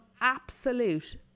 absolute